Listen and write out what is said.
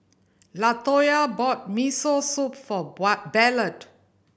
Latoya bought Miso Soup for Ballard